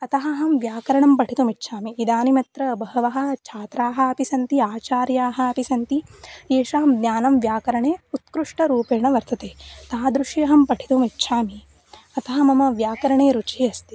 अतः अहं व्याकरणं पठितुमिच्छामि इदानीमत्र बहवः छात्राः अपि सन्ति आचार्याः अपि सन्ति येषां ज्ञानं व्याकरणे उत्कृष्टरूपेण वर्तते तादृशम् अहं पठितुमिच्छामि अतः मम व्याकरणे रुचिः अस्ति